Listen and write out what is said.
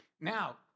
Now